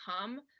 come